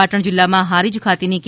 પાટણ જિલ્લામાં હારીજ ખાતેની કે